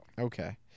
Okay